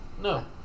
No